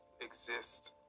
exist